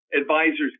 advisors